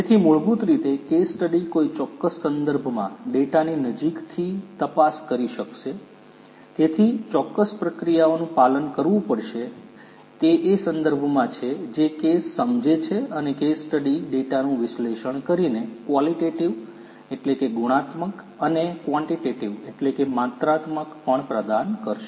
તેથી મૂળભૂત રીતે કેસ સ્ટડી કોઈ ચોક્કસ સંદર્ભમાં ડેટાની નજીકથી તપાસ કરી શકશે તેથી ચોક્કસ પ્રક્રિયાઓનું પાલન કરવું પડશેતે તે એ સંદર્ભમાં છે જે કેસ સમજે છે અને કેસ સ્ટડી ડેટાનું વિશ્લેષણ કરીને ક્વાલિટેટીવ ગુણાત્મક અને કવાંટીટેટીવ માત્રાત્મક પણ પ્રદાન કરશે